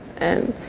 and